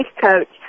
coach